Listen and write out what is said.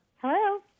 Hello